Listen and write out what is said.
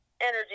energy